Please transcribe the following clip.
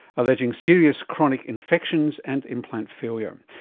alleging serious chronic infections and implant failure.